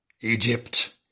Egypt